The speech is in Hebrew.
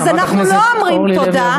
אז אנחנו לא אומרים תודה,